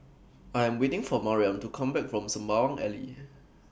I Am waiting For Mariam to Come Back from Sembawang Alley